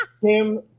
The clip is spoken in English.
Kim